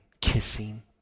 kissing